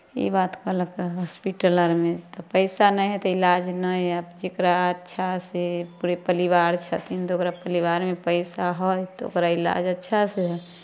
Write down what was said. ई बात कहलक हॉस्पिटल अरमे तऽ पैसा नहि हइ तऽ इलाज नहि हएत जकरा अच्छा सँ पूरे परिवार छथिन तऽ ओकरा परिवारमे पैसा हइ तऽ ओकरा इलाज अच्छासँ हएत